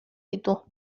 ditu